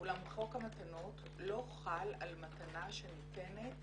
אולם חוק המתנות לא חל על מתנה שניתנת